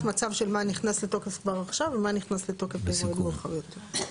מצב של מה נכנס לתוקף כבר עכשיו ומה נכנס לתוקף במועד מאוחר יותר.